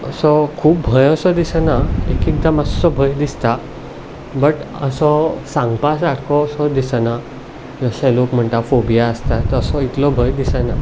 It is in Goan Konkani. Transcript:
असो खूब भंय असो दिसना एक एकदां मातसो भंय दिसता बट असो सांगपा सारको असो दिसना जशे लोक म्हणटा फोबिया आसता तसो इतलो भंय दिसना